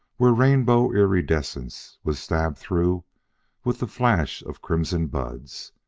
where rainbow iridescence was stabbed through with the flash of crimson buds.